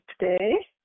today